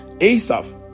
Asaph